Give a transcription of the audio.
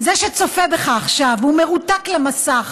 זה שצופה בך עכשיו והוא מרותק למסך.